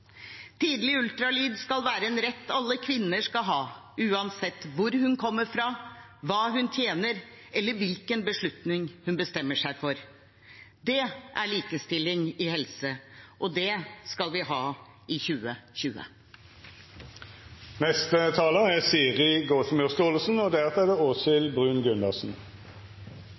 Tidlig ultralyd skal være en rett alle kvinner skal ha, uansett hvor hun kommer fra, hva hun tjener, eller hvilken beslutning hun tar. Det er likestilling i helse, og det skal vi ha i 2020.